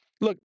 Look